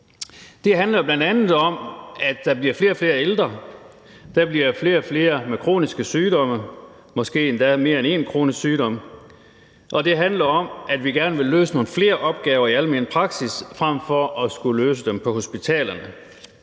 Det handler bl.a. om, at der bliver flere og flere ældre, og at der bliver flere og flere med kroniske sygdomme – måske endda mere end en kronisk sygdom – og det handler om, at vi gerne vil løse nogle flere opgaver i almen praksis frem for at skulle løse dem på hospitalerne.